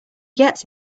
gets